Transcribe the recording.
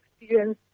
experience